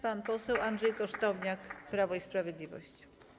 Pan poseł Andrzej Kosztowniak, Prawo i Sprawiedliwość.